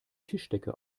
tischdecke